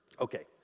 Okay